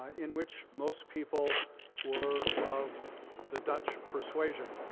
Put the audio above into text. in which most people were of the dutch persuasion.